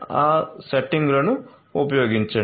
ఆ సెట్టింగులను ఉపయోగించండి